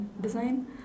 design